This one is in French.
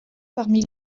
parmi